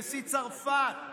נשיא צרפת.